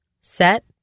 set